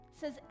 says